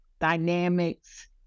dynamics